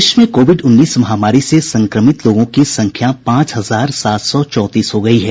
देश में कोविड उन्नीस महामारी से संक्रमित लोगों की संख्या पांच हजार सात सौ चौंतीस हो गई है